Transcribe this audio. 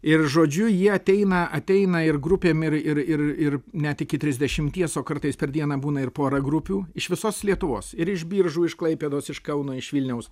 ir žodžiu jie ateina ateina ir grupėm ir ir ir ir net iki trisdešimties o kartais per dieną būna ir porą grupių iš visos lietuvos ir iš biržų iš klaipėdos iš kauno iš vilniaus